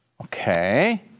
Okay